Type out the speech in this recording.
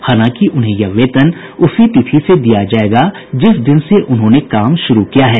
हालांकि उन्हें यह वेतन उसी तिथि से दिया जायेगा जिस दिन से उन्होंने काम शुरू किया है